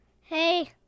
Hey